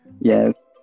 Yes